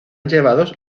llevados